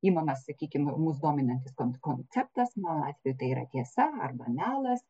imamas sakykim mus dominantis kon konceptas mano atveju tai yra tiesa arba melas